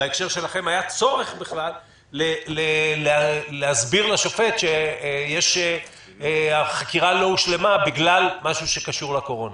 היה צורך להסביר לשופט שהחקירה לא הושלמה בגלל משהו שקשור לקורונה?